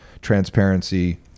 transparency